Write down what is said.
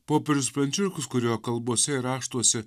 popiežius pranciškus kurio kalbose ir raštuose